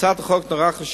הצעת החוק היא נורא חשובה,